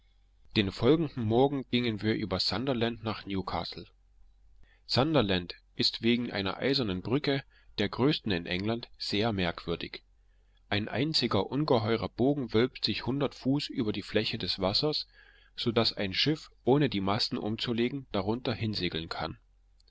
den folgenden morgen gingen wir über sunderland nach newcastle sunderland ist wegen einer eisernen brücke der größten in england sehr merkwürdig ein einziger ungeheurer bogen wölbt sich hundert fuß hoch über die fläche des wassers so daß ein schiff ohne die masten umzulegen darunter hinsegeln kann